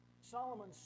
Solomon